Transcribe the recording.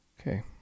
Okay